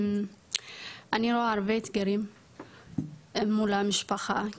אני רואה הרבה אתגרים מול המשפחה,